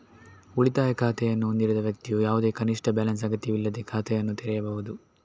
ಉಳಿತಾಯ ಖಾತೆಯನ್ನು ಹೊಂದಿರದ ವ್ಯಕ್ತಿಯು ಯಾವುದೇ ಕನಿಷ್ಠ ಬ್ಯಾಲೆನ್ಸ್ ಅಗತ್ಯವಿಲ್ಲದೇ ಖಾತೆಯನ್ನು ತೆರೆಯಬಹುದು